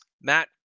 Matt